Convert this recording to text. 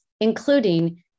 including